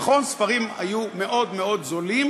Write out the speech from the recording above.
נכון, ספרים היו מאוד מאוד זולים,